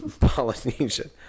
polynesian